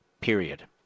period